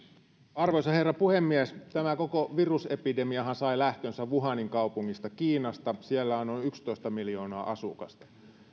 arvoisa herra puhemies tämä koko virusepidemiahan sai lähtönsä wuhanin kaupungista kiinasta siellä on noin yksitoista miljoonaa asukasta